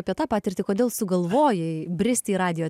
apie tą patirtį kodėl sugalvojai bristi į radijo